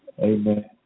amen